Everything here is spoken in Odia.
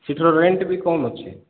ସେଠିର ରେଣ୍ଟ୍ ବି କମ୍ ଅଛି